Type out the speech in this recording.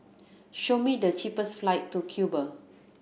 show me the cheapest flight to Cuba